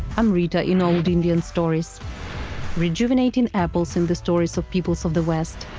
amrita in old indian stories rejuvenating apples in the stories of peoples of the west,